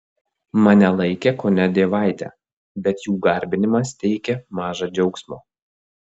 mane laikė kone dievaite bet jų garbinimas teikė maža džiaugsmo